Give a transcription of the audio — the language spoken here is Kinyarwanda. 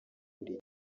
buri